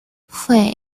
fue